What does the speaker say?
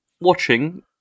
Watching